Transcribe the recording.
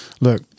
Look